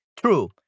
true